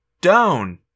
Down